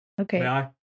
Okay